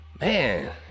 man